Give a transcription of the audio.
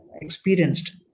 experienced